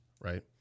right